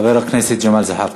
חבר הכנסת ג'מאל זחאלקה.